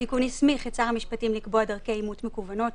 התיקון הסמיך את שר המשפטים לקבוע דרכי אימות מקוונות